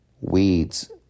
weeds